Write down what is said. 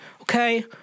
okay